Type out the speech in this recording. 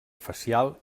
facial